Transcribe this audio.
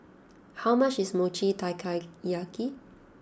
how much is Mochi Taiyaki